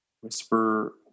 Whisper